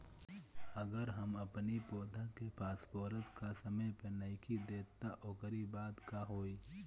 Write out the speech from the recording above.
अगर हम अपनी पौधा के फास्फोरस खाद समय पे नइखी देत तअ ओकरी बाद का होई